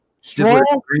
Strong